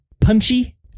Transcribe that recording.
punchy